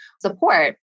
support